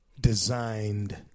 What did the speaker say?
designed